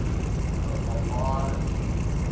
but a lot of seating,